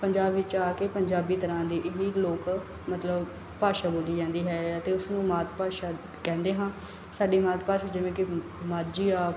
ਪੰਜਾਬ ਵਿੱਚ ਆ ਕੇ ਪੰਜਾਬੀ ਤਰ੍ਹਾਂ ਦੀ ਇਹ ਲੋਕ ਮਤਲਬ ਭਾਸ਼ਾ ਬੋਲੀ ਜਾਂਦੀ ਹੈ ਅਤੇ ਉਸਨੂੰ ਮਾਤ ਭਾਸ਼ਾ ਕਹਿੰਦੇ ਹਾਂ ਸਾਡੀ ਮਾਤ ਭਾਸ਼ਾ ਜਿਵੇਂ ਕਿ ਮਾਝੀ ਆ